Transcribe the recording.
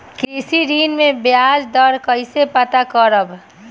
कृषि ऋण में बयाज दर कइसे पता करब?